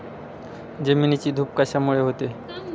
जमिनीची धूप कशामुळे होते?